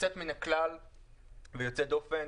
יוצאת מן הכלל ויוצאת דופן.